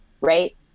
right